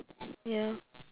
ya